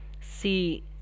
see